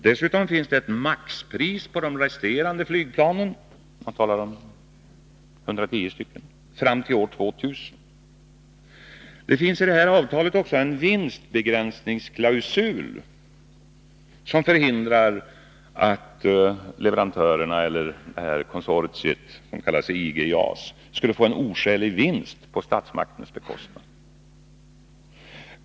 Dessutom finns det ett maximipris på de resterande flygplanen — 110 stycken — fram till år 2000. Det finns i avtalet också en vinstbegränsningsklausul, som förhindrar att leverantörerna eller konsortiet, som kallar sig IG JAS, skulle få en oskälig vinst på statsmakternas bekostnad.